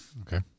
Okay